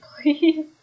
please